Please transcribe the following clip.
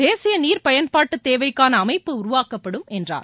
தேசிய நீர் பயன்பாடு தேவைக்கான அமைப்பு உருவாக்கப்படும் என்றார்